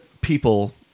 people